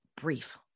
brief